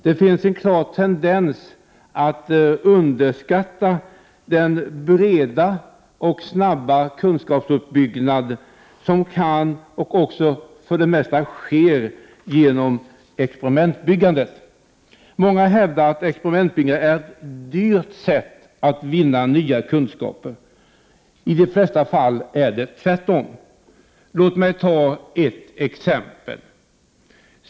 Det finns en klar tendens att underskatta den breda och snabba kunskapsuppbyggnad som kan ske och också för det mesta sker, genom experimentbyggandet. Många hävdar att experimentbyggande är ett dyrt sätt att vinna nya kunskaper. I de flesta fall är det tvärtom. Låt mig ta ett exempel.